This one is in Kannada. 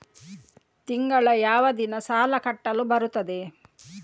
ತಿಂಗಳ ಯಾವ ದಿನ ಸಾಲ ಕಟ್ಟಲು ಬರುತ್ತದೆ?